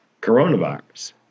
coronavirus